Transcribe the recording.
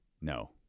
No